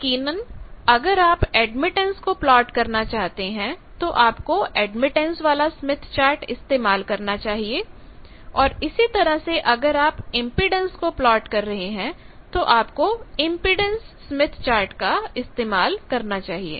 यकीनन अगर आप एडमिटेंस को प्लॉट करना चाहते हैं तो आपको एडमिटेंस स्मिथ चार्ट इस्तेमाल करना चाहिए और इसी तरह से अगर आप इंपेडेंस को प्लॉट कर रहे हैं तो आपको इंपेडेंस स्मिथ चार्ट का इस्तेमाल करना चाहिए